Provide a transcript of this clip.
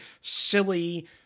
silly